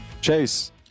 Chase